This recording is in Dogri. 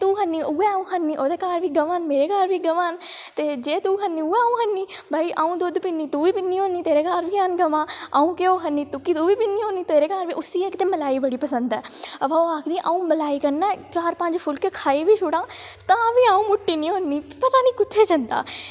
जे तूं खन्नी उ'ऐ अ'ऊं खन्नी ओह्दे घर बी गवां न मेरे घर बी गवां न ते जे तूं खन्नी उ'ऐ अ'ऊं खन्नी भई अ'ऊं दुद्ध पीनी तूं बी पीनी होन्नी तेरे घर बी हैन गवां अ'ऊं घ्यो खन्नी ते तूं बी पीनी होन्नी ते उसी इक ते मलाई बड़ी पसंद ऐ अवा ओह् आखदी अ'ऊं मलाई कन्नै चार पंज फुलके खाई बी छोड़ां तां बी अ'ऊं मुट्टी निं होन्नी पता निं कुत्थें जंदा